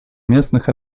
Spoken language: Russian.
местных